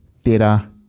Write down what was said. theatre